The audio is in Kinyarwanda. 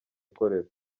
akorera